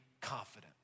confident